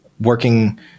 working